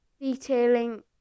detailing